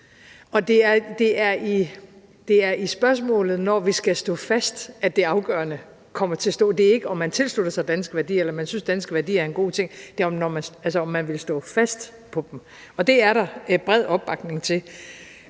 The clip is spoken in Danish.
Det er i spørgsmålet om at stå fast, at det afgørende kommer til at stå; det er ikke, om man tilslutter sig danske værdier, eller om man synes, at danske værdier er en god ting, men det er, om man vil stå fast på dem. Og det er der bred opbakning til.